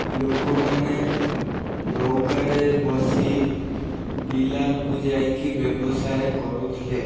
ଲୋକମାନେ ନୌକାରେ ବସି ବିଲାତକୁ ଯାଇକି ବ୍ୟବସାୟ କରୁଥିଲେ